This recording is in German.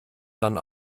dann